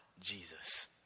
Jesus